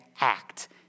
act